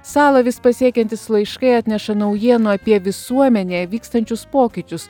salą vis pasiekiantys laiškai atneša naujienų apie visuomenėje vykstančius pokyčius